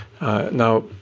now